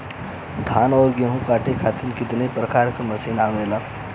धान और गेहूँ कांटे खातीर कितना प्रकार के मशीन आवेला?